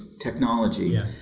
technology